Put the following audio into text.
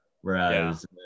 whereas